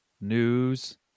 news